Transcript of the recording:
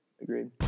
Agreed